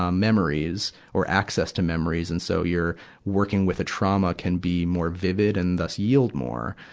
um memories or access to memories. and so, you're working with a trauma can be more vivid and thus yield more.